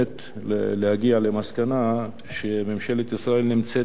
להגיע למסקנה שממשלת ישראל נמצאת בסכנה,